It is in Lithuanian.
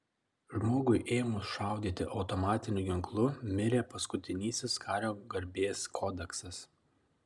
žmogui ėmus šaudyti automatiniu ginklu mirė paskutinysis kario garbės kodeksas